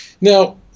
Now